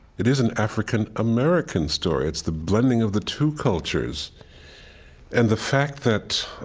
it is an african-american story. it's the blending of the two cultures and the fact that